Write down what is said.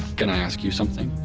can i ask you something?